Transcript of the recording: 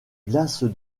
glace